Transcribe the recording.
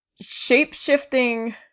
shape-shifting